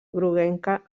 groguenca